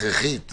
הכרחית,